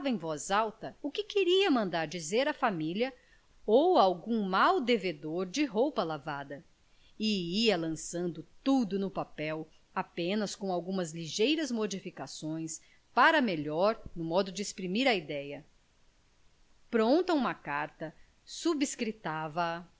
voz alta o que queria mandar dizer à família ou a algum mau devedor de roupa lavada e ia lançando tudo no papel apenas com algumas ligeiras modificações para melhor no modo de exprimir a idéia pronta uma carta sobrescritava a